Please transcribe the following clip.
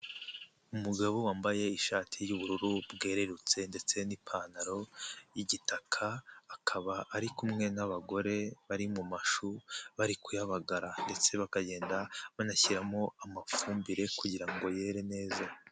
Umugabo wambaye ishati y'ubururu bwerurutse ndetse n'ipantaro y'igitaka, akaba ari kumwe n'abagore bari mu mashu bari kuyabagara, ndetse bakagenda banashyiramo amafumbire kugira ngo yere neza.